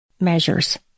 measures